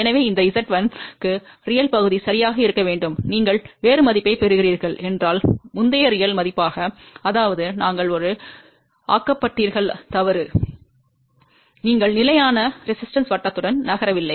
எனவே இந்த z1 க்கு உண்மையான பகுதி சரியாக இருக்க வேண்டும் நீங்கள் வேறு மதிப்பைப் பெறுகிறீர்கள் என்றால் முந்தைய உண்மையான மதிப்பாக அதாவது நீங்கள் ஒரு ஆக்கப்பட்டீர்கள் தவறு நீங்கள் நிலையான எதிர்ப்பு வட்டத்துடன் நகரவில்லை